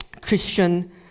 Christian